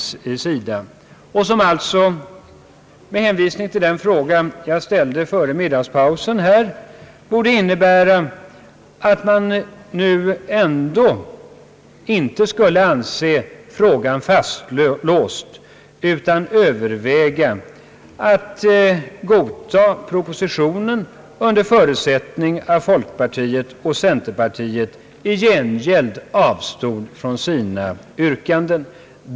En sådan eftergift borde, med hänvisning till den fråga jag ställde före middagspausen, innebära att man dels accepterar att frågan inte är fastlåst, dels överväger att godtaga propositionen under förutsättning att folkpartiet och centerpartiet i gengäld avstod från sina yrkanden.